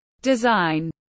design